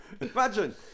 Imagine